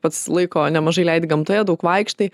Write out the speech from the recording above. pats laiko nemažai leidi gamtoje daug vaikštai